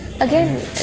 again